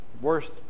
worst